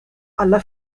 alla